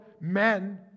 men